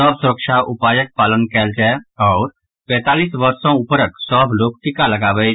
सभ सुरक्षा उपायक पालन कयल जाय आओर पैंतालीस वर्ष सॅ ऊपरक सभ लोक टीका लगावैथ